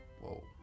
Whoa